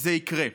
וזה יקרה.